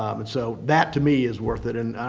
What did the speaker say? um and so that, to me, is worth it. and i,